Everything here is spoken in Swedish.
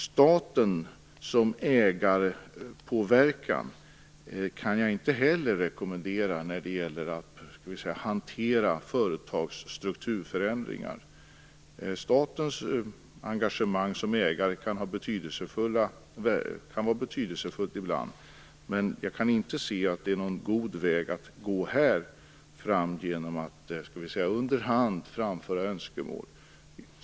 Staten som ägarpåverkande part kan jag inte heller rekommendera vid hanteringen av företags strukturförändringar. Statens engagemang som ägare kan vara betydelsefullt ibland, men jag kan inte se att det är någon god väg att gå här att under hand framföra önskemål.